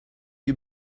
you